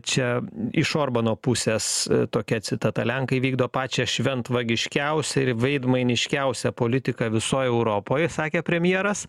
čia iš orbano pusės tokia citata lenkai vykdo pačią šventvagiškiausią ir veidmainiškiausią politiką visoj europoj sakė premjeras